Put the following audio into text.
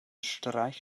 streich